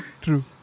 true